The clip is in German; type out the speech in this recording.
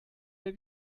der